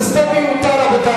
זה סתם מיותר, רבותי.